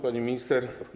Pani Minister!